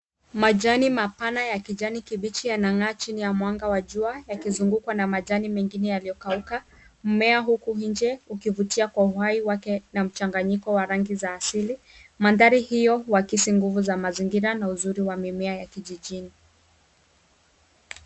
Majani mapana ya kijani kibichi yanang'aa chini ya mwanga wa jua yakizungukwa na majani mengine yaliyokauka. Mmea huku nje ukivutia kwa uhai wake na mchanganyiko wa rangi za asili. Mandhari hiyo huakisi nguvu za mazingira na uzuri wa mimea ya kijijini.